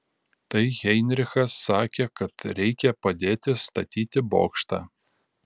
tai heinrichas sakė kad reikia padėti statyti bokštą